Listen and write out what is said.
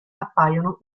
appaiono